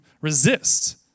resist